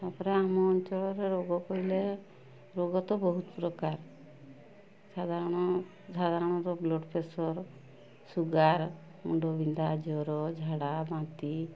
ତା'ପରେ ଆମ ଅଞ୍ଚଳର ରୋଗ କହିଲେ ରୋଗ ତ ବହୁତ ପ୍ରକାର ସାଧାରଣ ସାଧାରଣତଃ ବ୍ଲଡ଼୍ ପ୍ରେସର୍ ସୁଗାର୍ ମୁଣ୍ଡବିନ୍ଧା ଜର ଝାଡ଼ା ବାନ୍ତି